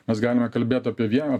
mes galime kalbėt apie vieną